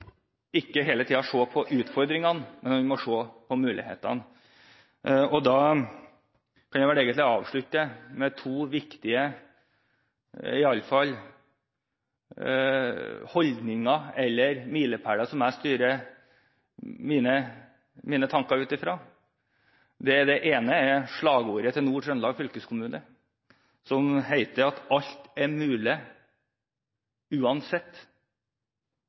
på mulighetene. Jeg vil avslutte med to viktige holdninger som jeg styrer mine tanker ut ifra. Den ene er slagordet til Nord-Trøndelag fylkeskommune, som heter: «Her alt e mulig – uansett».